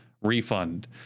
refund